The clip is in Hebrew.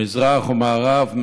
מזרח או מערב,